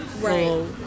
Right